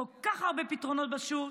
כל כך הרבה פתרונות בשוק,